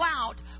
out